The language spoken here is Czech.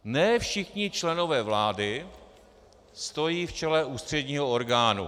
Ne všichni členové vlády stojí v čele ústředního orgánu.